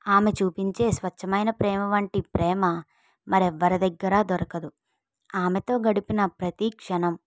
ఆమె చూపించే స్వచ్ఛమైన ప్రేమ వంటి ప్రేమ మరి ఎవరి దగ్గర దొరకదు ఆమెతో గడిపిన ప్రతి క్షణం